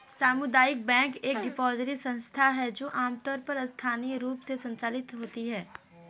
सामुदायिक बैंक एक डिपॉजिटरी संस्था है जो आमतौर पर स्थानीय रूप से संचालित होती है